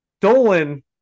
Dolan